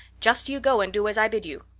just you go and do as i bid you.